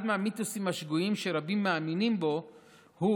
אחד מהמיתוסים השגויים שרבים מאמינים בו הוא